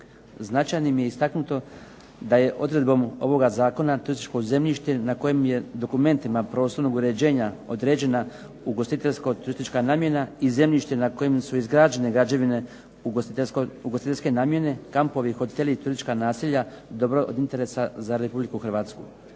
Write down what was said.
Značajnim je istaknuto da je odredbom ovog Zakona turističko zemljište na kojim je dokumentima prostornog uređenja određena ugostiteljsko turistička namjena i zemljište na kojem su izgrađene građevine ugostiteljske namjene, kampovi, hoteli i turistička namjena, dobro od interesa za Republiku Hrvatsku.